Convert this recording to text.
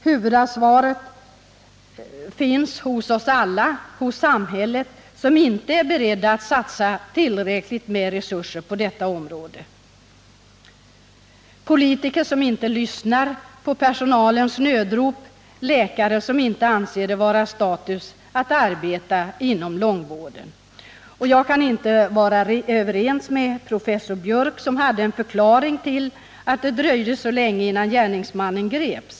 Huvudansvaret finns hos alla, hos samhället som inte är berett att satsa tillräckligt med resurser på detta område, hos politiker som inte lyssnar på personalens nödrop, hos läkare som inte anser det vara status att arbeta inom långvården. Och jag kan inte vara överens med Gunnar Biörck i Värmdö, som hade en förklaring till att det dröjde så länge innan gärningsmannen greps.